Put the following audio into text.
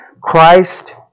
Christ